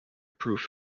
proof